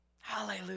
hallelujah